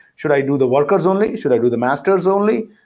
should i do the workers only? should i do the masters only?